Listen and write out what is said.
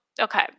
okay